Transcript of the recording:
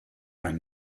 ein